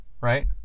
Right